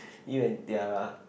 you and tiara